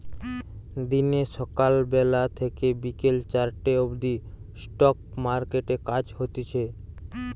দিনে সকাল বেলা থেকে বিকেল চারটে অবদি স্টক মার্কেটে কাজ হতিছে